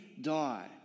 die